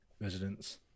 residents